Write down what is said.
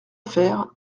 affaire